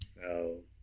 so